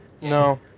No